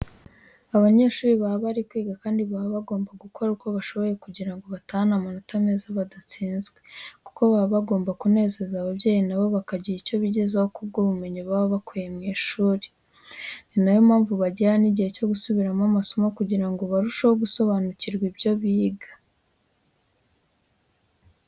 Abanyeshuri baba bari kwiga kandi baba bagomba gukora uko bashoboye kose kugira ngo batahane amanota meza badatsinzwe, kuko baba bagomba kunezeza ababyeyi na bo bakagira icyo bigezaho ku bw'ubumenyi baba bakuye mu ishuri. Ni na yo mpamvu bagira n'igihe cyo gusubiramo amasomo kugira ngo barusheho gusobanukirwa ibyo biga.